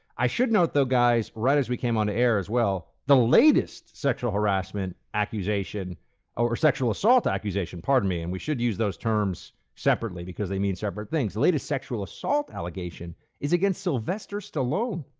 i should note, though, guys, right as we came on the air as well, the latest sexual harassment accusation or sexual assault accusation, pardon me, and we should use those terms separately, because they mean separate things. the latest sexual assault allegation is against sylvester stallone.